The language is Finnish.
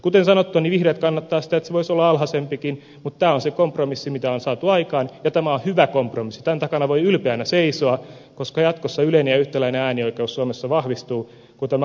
kuten sanottu vihreät kannattaa sitä että se raja voisi olla alhaisempikin mutta tämä on se kompromissi mitä on saatu aikaan ja tämä on hyvä kompromissi tämän takana voi ylpeänä seisoa koska jatkossa yleinen ja yhtäläinen äänioikeus suomessa vahvistuu kun tämä uudistus toteutuu